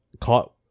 caught